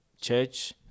church